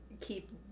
keep